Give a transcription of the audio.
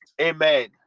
amen